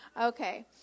Okay